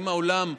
האם העולם,